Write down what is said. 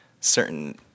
certain